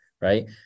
right